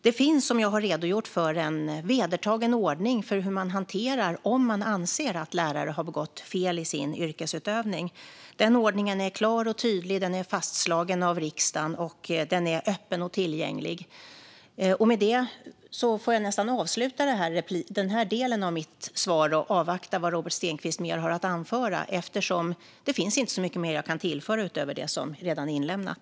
Det finns, som jag har redogjort för, en vedertagen ordning för hur man hanterar fall där det anses att lärare har begått fel i sin yrkesutövning. Den ordningen är klar och tydlig. Den är fastslagen av riksdagen, och den är öppen och tillgänglig. Med det får jag avsluta den här delen av mitt svar och avvakta vad Robert Stenkvist mer har att anföra, eftersom det inte finns så mycket mer jag kan tillföra utöver det som redan är inlämnat.